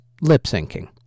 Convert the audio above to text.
lip-syncing